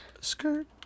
Skirt